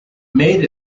made